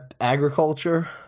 Agriculture